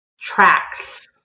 tracks